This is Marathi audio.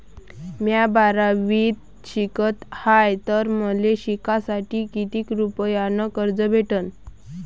म्या बारावीत शिकत हाय तर मले शिकासाठी किती रुपयान कर्ज भेटन?